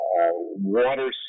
water